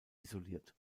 isoliert